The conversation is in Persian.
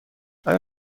آیا